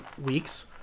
week's